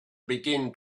begin